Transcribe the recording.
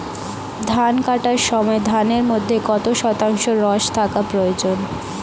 ধান কাটার সময় ধানের মধ্যে কত শতাংশ রস থাকা প্রয়োজন?